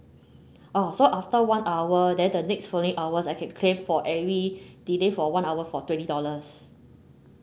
oh so after one hour then the next following hours I can claim for every delay for one hour for twenty dollars